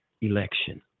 election